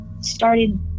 started